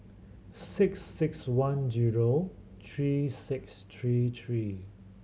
six six one zero three six three three